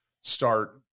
start